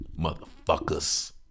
Motherfuckers